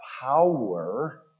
power